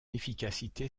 efficacité